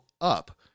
up